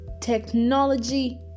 technology